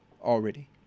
already